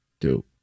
two